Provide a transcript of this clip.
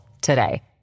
today